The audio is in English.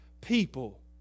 people